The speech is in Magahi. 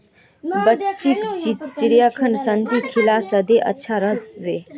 बच्चीक चिचिण्डार सब्जी खिला सेहद अच्छा रह बे